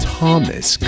Thomas